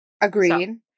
Agreed